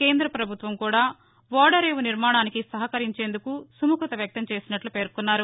కేంద్ర ప్రభుత్వం కూడా ఓడరేవు నిర్మాణానికి సహకరించేందుకు సముఖత వ్యక్తం చేసినట్లు పేర్కొన్నారు